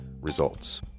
Results